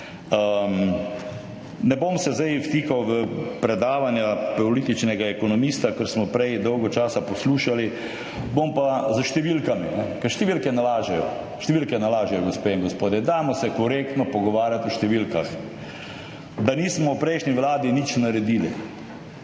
Ne bom se zdaj vtikal v predavanja političnega ekonomista, kar smo prej dolgo časa poslušali, bom pa s številkami. Ker številke ne lažejo. Številke ne lažejo, gospe in gospodje, dajmo se korektno pogovarjati o številkah. Da nismo v prejšnji vladi nič naredili.